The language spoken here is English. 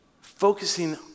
focusing